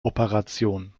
operation